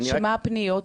ומה הפניות?